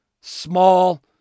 small